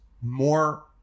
more